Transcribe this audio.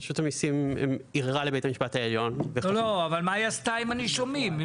רשות המסים ערערה לבית המשפט העליון --- מה היא עשתה עם הנישומים?